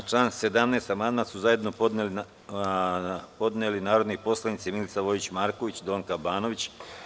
Na član 17. amandman su zajedno podneli narodni poslanici Milica Vojić Marković i Donka Banović.